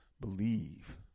believe